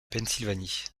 pennsylvanie